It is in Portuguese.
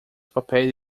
papéis